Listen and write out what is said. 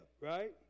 right